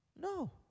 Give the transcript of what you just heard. No